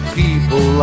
people